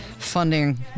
funding